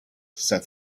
said